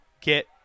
get